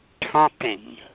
topping